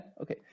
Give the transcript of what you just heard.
okay